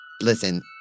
Listen